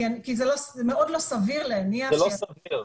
כי זה מאוד לא סביר להניח ש --- זה לא סביר.